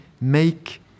make